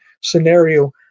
scenario